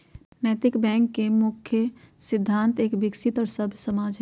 नैतिक बैंक के मुख्य सिद्धान्त एक विकसित और सभ्य समाज हई